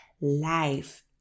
life